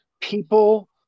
People